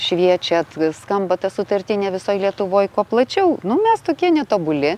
šviečiat skamba ta sutartinė visoj lietuvoj kuo plačiau nu mes tokie netobuli